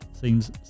seems